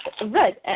Right